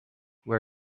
where